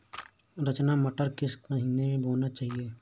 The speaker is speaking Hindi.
रचना मटर किस महीना में बोना चाहिए?